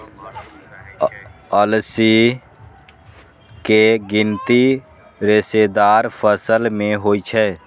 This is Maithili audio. अलसी के गिनती रेशेदार फसल मे होइ छै